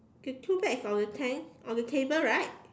the two bags on the tent on the table right